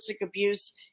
abuse